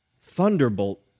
thunderbolt